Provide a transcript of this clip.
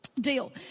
deal